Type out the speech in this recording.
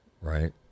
right